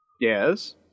Yes